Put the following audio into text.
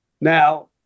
Now